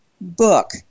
book